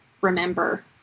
remember